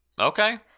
Okay